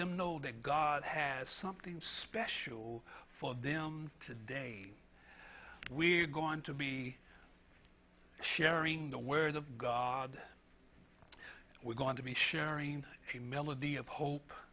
them know that god has something special for them today we're going to be sharing the where the god we're going to be sharing the melody of hope